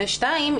שתיים,